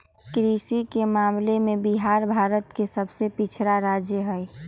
कृषि के मामले में बिहार भारत के सबसे पिछड़ा राज्य हई